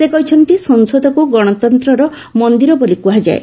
ସେ କହିଛନ୍ତି ସଂସଦକୁ ଗଣତନ୍ତର ମନ୍ଦିର ବୋଲି କୁହାଯାଏ